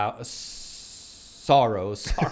sorrows